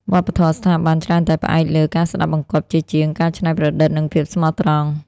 វប្បធម៌ស្ថាប័នច្រើនតែផ្អែកលើ "ការស្ដាប់បង្គាប់" ជាជាង "ការច្នៃប្រឌិត និងភាពស្មោះត្រង់"។